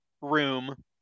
room